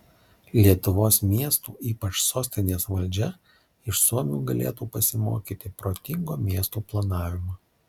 lietuvos miestų ypač sostinės valdžia iš suomių galėtų pasimokyti protingo miestų planavimo